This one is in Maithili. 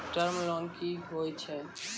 टर्म लोन कि होय छै?